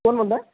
कोण बोलतं आहे